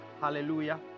hallelujah